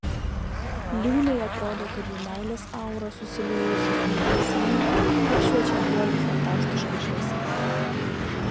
liūnei atrodė kad jų meilės aura susiliejusi su mėnesiena apšviečia guolį fantastiška šviesa